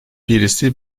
birisi